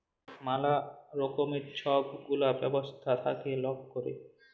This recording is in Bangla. ম্যালা রকমের ছব গুলা ব্যবছা থ্যাইকে লক ক্যরে